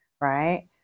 right